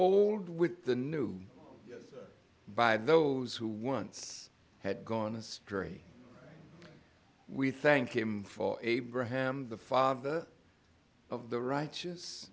old with the new by those who once had gone astray we thank him for abraham the father of the righteous